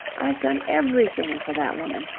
i've done everything for that woman.